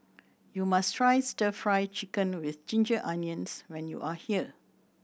you must try Stir Fry Chicken with ginger onions when you are here